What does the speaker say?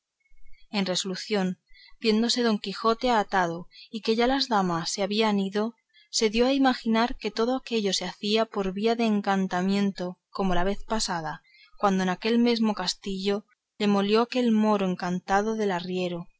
en resolución viéndose don quijote atado y que ya las damas se habían ido se dio a imaginar que todo aquello se hacía por vía de encantamento como la vez pasada cuando en aquel mesmo castillo le molió aquel moro encantado del arriero